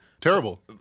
Terrible